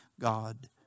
God